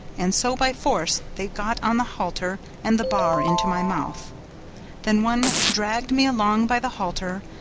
and so by force they got on the halter and the bar into my mouth then one dragged me along by the halter,